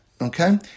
Okay